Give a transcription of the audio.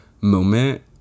moment